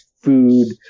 food